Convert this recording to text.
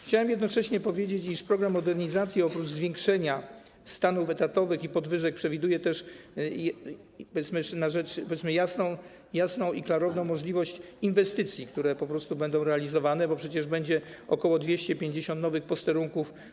Chciałem jednocześnie powiedzieć, iż program modernizacji oprócz zwiększenia stanów etatowych i podwyżek przewiduje też, powiedzmy, jasną i klarowną możliwość inwestycji, które po prostu będą realizowane, bo przecież będzie ok. 250 nowych posterunków.